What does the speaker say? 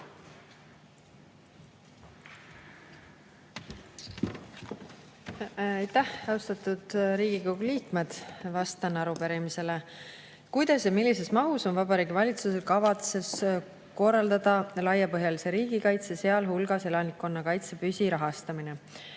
Aitäh, austatud Riigikogu liikmed! Vastan arupärimisele.[Esimene küsimus:] "Kuidas ja millises mahus on Vabariigi Valitsusel kavas korraldada laiapõhjalise riigikaitse, sealhulgas elanikkonnakaitse püsirahastamine?"